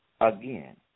Again